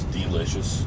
delicious